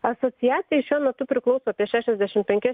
asociacijai šiuo metu priklauso apie šešiasdešim penkias